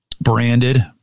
branded